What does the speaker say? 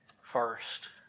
first